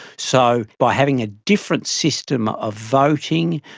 so by having a different system of voting,